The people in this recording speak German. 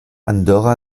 andorra